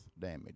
damage